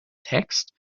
text